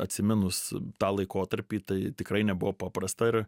atsiminus tą laikotarpį tai tikrai nebuvo paprasta ir